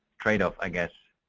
trade off i guess.